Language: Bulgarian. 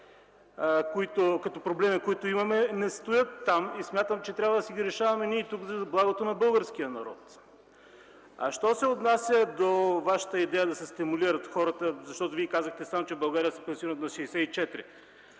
като проблеми, не стоят там и смятам, че трябва да си ги решаваме ние тук за благото на българския народ. Що се отнася до Вашата идея да се стимулират хората, защото Вие сам казахте, че в България примерно